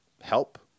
help